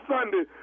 Sunday